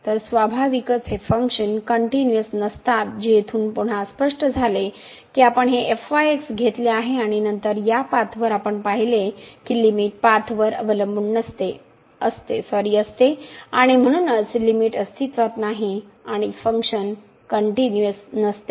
तर स्वाभाविकच ही फंक्शन कनटिन्यूअस नसतात जी येथून पुन्हा स्पष्ट झाली की आपण हे घेतले आहे आणि नंतर या पाथवर आपण पाहिले आहे की लिमिट पाथवर अवलंबून असते आणि म्हणूनच लिमिटअस्तित्त्वात नाही आणि फंक्शन कनटिन्यूअस नसते